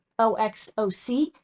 oxoc